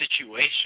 situation